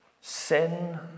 sin